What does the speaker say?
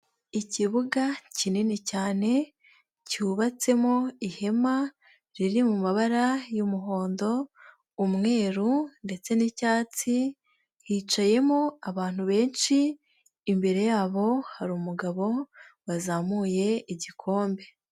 Ikibuga kinini cyane cyubatsemo ihema riri mu mabara y'umuhondo, umweru ndetse n'icyatsi hicayemo abantu benshi imbere yabo hari umugabo wazamuye igikombe.